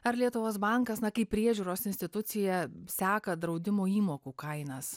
ar lietuvos bankas na kaip priežiūros institucija seka draudimo įmokų kainas